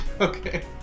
Okay